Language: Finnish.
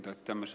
mitä